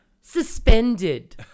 suspended